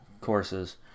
courses